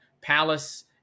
Palace